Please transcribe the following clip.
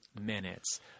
minutes